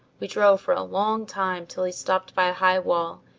we drove for a long time till he stopped by a high wall,